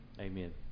amen